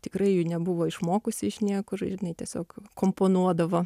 tikrai jų nebuvo išmokusi iš niekur ir jinai tiesiog komponuodavo